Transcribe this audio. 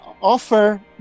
offer